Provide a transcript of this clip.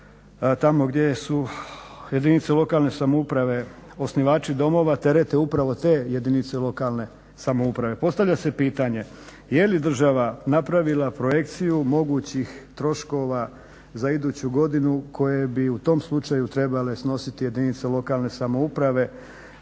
tamo gdje su jedinice lokalne samouprave osnivači domova terete upravo te jedinice lokalne samouprave. Postavlja se pitanje jeli država napravila projekciju mogućih troškova za iduću godinu koje bi u tom slučaju trebale snositi jedinice lokalne samouprave